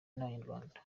n’abanyarwanda